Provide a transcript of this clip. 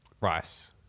rice